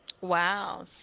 Wow